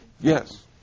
Yes